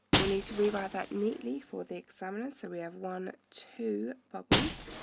we need to rewrite that neatly for the examiner. so we have one, two bubbles